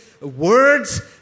words